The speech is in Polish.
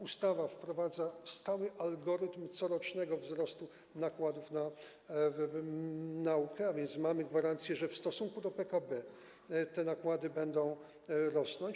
Ustawa wprowadza stały algorytm corocznego wzrostu nakładów na naukę, a więc mamy gwarancję, że w stosunku do PKB te nakłady będą rosnąć.